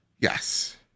yes